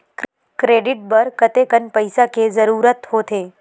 Credit बर कतेकन पईसा के जरूरत होथे?